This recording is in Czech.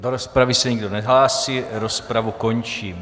Do rozpravy se nikdo nehlásí, rozpravu končím.